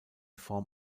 form